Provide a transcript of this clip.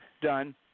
done